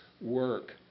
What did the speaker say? work